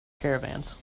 caravans